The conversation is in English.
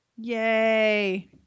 Yay